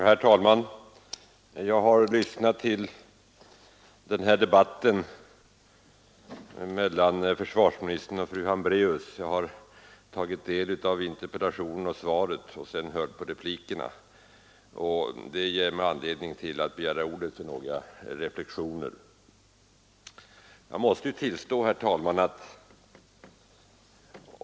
Herr talman! Jag har följt den här debatten mellan försvarsministern och fru Hambraeus. Jag har tagit del av interpellationen och svaret, och sedan har jag hört på replikerna. Det gav mig anledning att begära ordet för att göra några reflexioner.